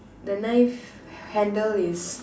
the knife handle is